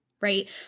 Right